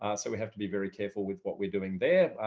ah so we have to be very careful with what we're doing there.